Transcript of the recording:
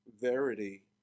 Verity